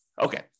Okay